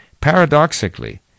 Paradoxically